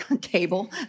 table